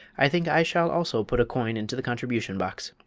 i think i shall also put a coin into the contribution box.